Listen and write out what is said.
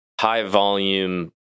high-volume